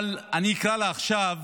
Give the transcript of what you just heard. אבל אני אקרא לה עכשיו